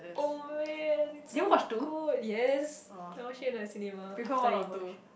oh man so good yes I watch it in the cinema after you watch